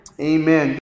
Amen